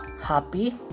happy